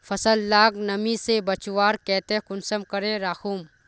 फसल लाक नमी से बचवार केते कुंसम करे राखुम?